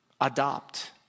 adopt